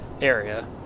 area